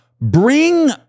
bring